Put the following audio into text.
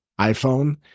iPhone